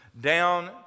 down